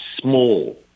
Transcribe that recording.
small